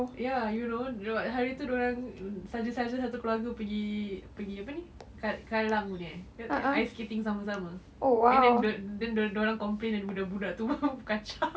ya you know hari tu dorang saja-saja satu keluarga pergi pergi apa ni kat kallang punya eh ice skating sama-sama and then dorang complain budak-budak tu kacau